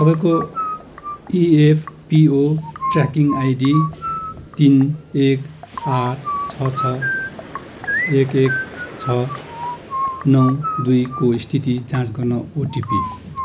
तपाईँको EPFO tracking ID तिन एक आठ छ छ एक एक छ नौ दुईको स्थिति जाँच गर्न ओटिपी